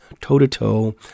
toe-to-toe